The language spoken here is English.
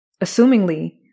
assumingly